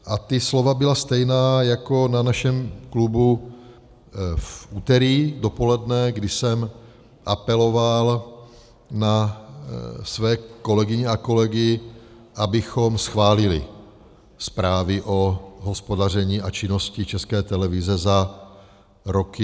A ta slova byla stejná jako na našem klubu v úterý dopoledne, kdy jsem apeloval na své kolegyně a kolegy, abychom schválili zprávy o hospodaření a činnosti České televize za roky 2016 a 2017.